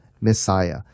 Messiah